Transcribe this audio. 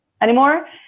anymore